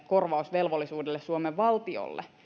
korvausvelvollisuudesta suomen valtiolle